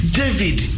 david